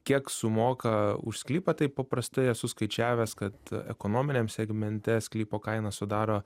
kiek sumoka už sklypą taip paprastai esu skaičiavęs kad ekonominiam segmente sklypo kaina sudaro